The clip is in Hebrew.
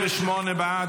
28 בעד,